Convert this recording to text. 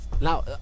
Now